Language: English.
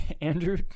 Andrew